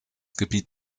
gebiet